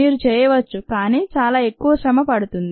మీరు చేయవచ్చు కానీ చాలా ఎక్కువ శ్రమ పడుతుంది